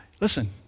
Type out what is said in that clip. Listen